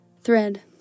Thread